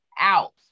out